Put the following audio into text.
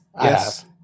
yes